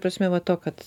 prasme va to kad